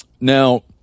now